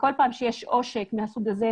בכל פעם שיש עושק מהסוג הזה,